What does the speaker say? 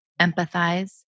empathize